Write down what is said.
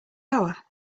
hour